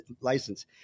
license